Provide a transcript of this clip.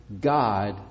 God